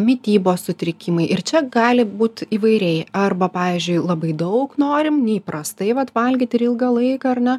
mitybos sutrikimai ir čia gali būt įvairiai arba pavyzdžiui labai daug norim neįprastai vat valgyt ir ilgą laiką ar ne